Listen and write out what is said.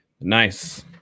Nice